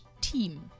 team